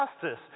justice